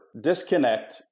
disconnect